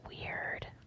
weird